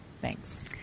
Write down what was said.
thanks